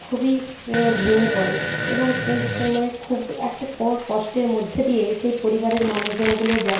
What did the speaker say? খুবই ভেঙে পড়ে এবং ত্ সে মানে খুব একটা ক কষ্টের মধ্যে দিয়ে সেই পরিবারের মানুষজনগুলো যায়